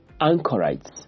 Anchorites